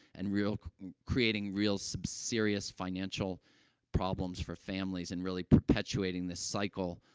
and real creating real, so serious financial problems for families and really perpetuating this cycle,